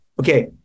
okay